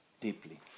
deeply